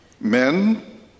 Men